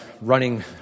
running